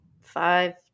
five